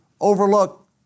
overlook